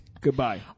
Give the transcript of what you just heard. goodbye